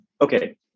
okay